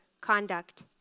conduct